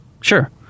Sure